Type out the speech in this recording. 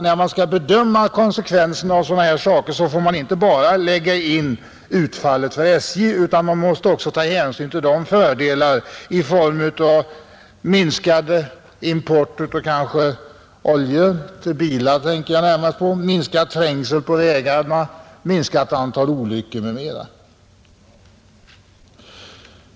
När man skall bedöma konsekvensen av sådana här saker, får man enligt vår mening inte bara lägga in utfallet för SJ, utan man måste också ta hänsyn till fördelar i form av minskad import av drivmedel till bilarna, minskad trängsel på vägarna, minskat antal olyckor.